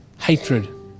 Hatred